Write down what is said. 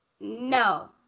No